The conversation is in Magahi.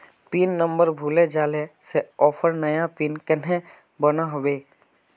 पिन नंबर भूले जाले से ऑफर नया पिन कन्हे बनो होबे?